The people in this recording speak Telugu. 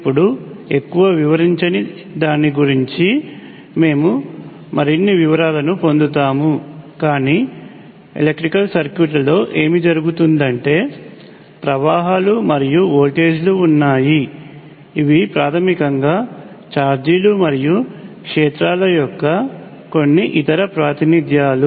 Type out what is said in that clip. ఇప్పుడు ఎక్కువ వివరించని దాని గురించి మేము మరిన్ని వివరాలను పొందుతాము కానీ ఎలక్ట్రికల్ సర్క్యూట్లలో ఏమి జరుగుతుందంటే ప్రవాహాలు మరియు వోల్టేజీలు ఉన్నాయి ఇవి ప్రాథమికంగా ఛార్జీలు మరియు క్షేత్రాల యొక్క కొన్ని ఇతర ప్రాతినిధ్యాలు